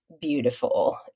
beautiful